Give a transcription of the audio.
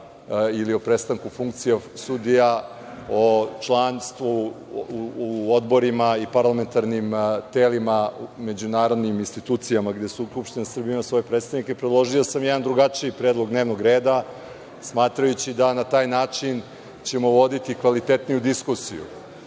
ili o prestanku funkcija sudija, o članstvu u odborima i parlamentarnim telima u međunarodnim institucijama, gde Skupština Srbije ima svoje predstavnike, predložio sam jedan drugačiji predlog dnevnog reda, smatrajući da na taj način ćemo voditi kvalitetniju diskusiju. Moj